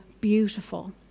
beautiful